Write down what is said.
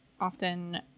often